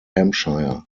hampshire